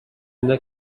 اینا